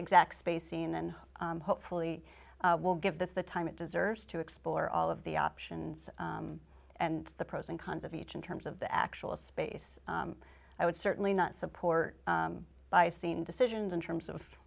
exact spacing and hopefully will give this the time it deserves to explore all of the options and the pros and cons of each in terms of the actual space i would certainly not support by seeing decisions in terms of